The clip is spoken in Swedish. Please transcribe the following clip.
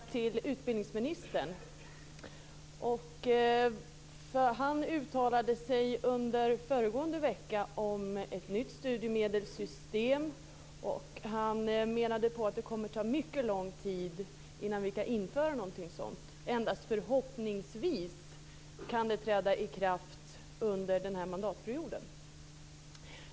Fru talman! Jag har en fråga till utbildningsministern. Under förra veckan uttalade sig utbildningsministern om ett nytt studiemedelssystem och menade att det kommer att ta mycket lång tid innan vi kan införa någonting sådant. Det kan endast förhoppningsvis träda i kraft under den här mandatperioden.